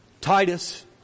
Titus